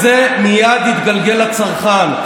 וזה מייד יתגלגל לצרכן,